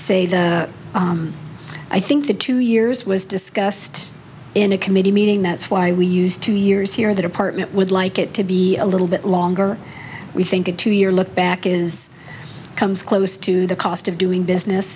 say that i think the two years was discussed in a committee meeting that's why we use two years here the department would like it to be a little bit longer we think a two year lookback is comes close to the cost of doing business